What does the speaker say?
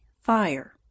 fire